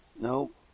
Nope